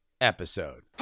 Episode